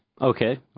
Okay